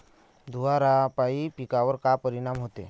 धुवारापाई पिकावर का परीनाम होते?